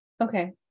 Okay